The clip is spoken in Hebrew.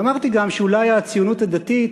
ואמרתי גם שאולי הציונות הדתית